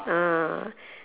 ah